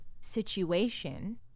situation